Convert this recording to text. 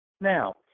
Now